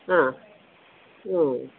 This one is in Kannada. ಹಾಂ ಹ್ಞೂ